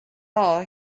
all